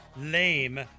lame